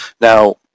Now